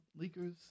leakers